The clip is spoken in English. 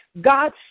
God